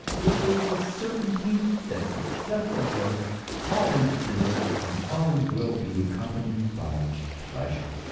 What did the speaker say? it is the certainty that successful growth always is and always will be accompanied by pleasure.